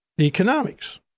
economics